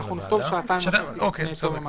נכתוב שעתיים וחצי לפני תום יום העסקים,